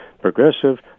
progressive